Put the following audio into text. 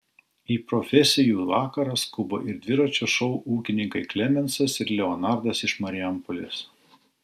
į profesijų vakarą skuba ir dviračio šou ūkininkai klemensas ir leonardas iš marijampolės